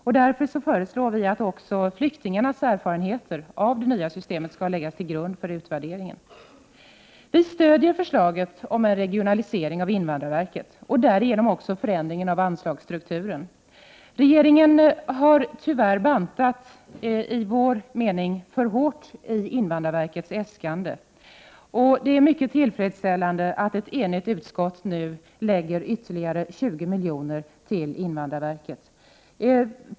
Vi föreslår därför att även flyktingarnas erfarenheter av det nya systemet skall läggas till grund för utvärderingen. Vi stöder förslaget om en regionalisering av invandrarverket och därigenom också en förändring av anslagsstrukturen. Regeringen har tyvärr, enligt vår mening, bantat för hårt i invandrarverkets äskande. Det är mycket tillfredsställande att ett enigt utskott nu lägger ytterligare 20 miljoner till invandrarverket.